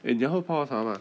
eh 你要喝泡泡茶吗